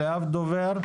רק בודדים עברו את המבחן.